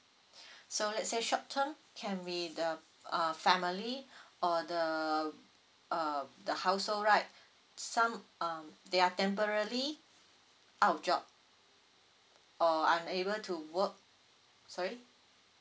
so let's say short term can be the uh family or the uh the household right some um they are temporally out of job or unable to work sorry